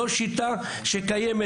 זו שיטה שקיימת.